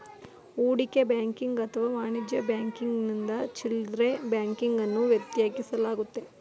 ಹೂಡಿಕೆ ಬ್ಯಾಂಕಿಂಗ್ ಅಥವಾ ವಾಣಿಜ್ಯ ಬ್ಯಾಂಕಿಂಗ್ನಿಂದ ಚಿಲ್ಡ್ರೆ ಬ್ಯಾಂಕಿಂಗ್ ಅನ್ನು ಪ್ರತ್ಯೇಕಿಸಲಾಗುತ್ತೆ